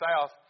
south